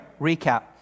recap